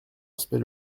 aspect